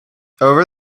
over